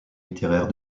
littéraire